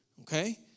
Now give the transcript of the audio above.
okay